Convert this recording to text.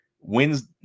wins